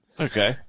Okay